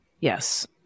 yes